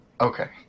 Okay